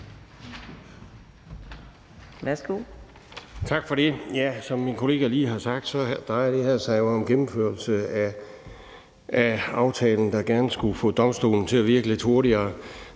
Tak for det. Som min kollega lige har sagt, drejer det her sig jo om gennemførelse af aftalen, der gerne skulle få domstolene til at virke lidt hurtigere.